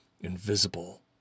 Invisible